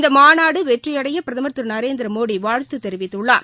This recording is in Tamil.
இந்தமாநாடுவெற்றியடையபிரதமர் திரு நரேந்திரமோடிவாழ்த்துதெரிவித்துள்ளார்